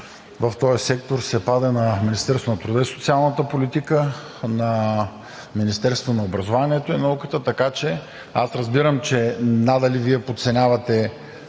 в този сектор се пада на Министерството на труда и социалната политика, на Министерството на образованието и науката. Аз разбирам, че надали Вие подценявате